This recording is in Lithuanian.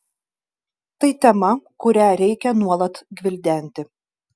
tai tema kurią reikia nuolat gvildenti